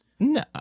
No